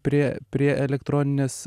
prie prie elektroninės